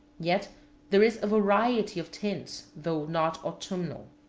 yet there is a variety of tints, though not autumnal.